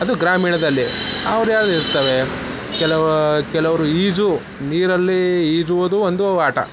ಅದು ಗ್ರಾಮೀಣದಲ್ಲಿ ಅವ್ರದ್ದೇ ಆದ ಇರ್ತವೆ ಕೆಲವು ಕೆಲವರು ಈಜು ನೀರಲ್ಲಿ ಈಜುವುದು ಒಂದು ಆಟ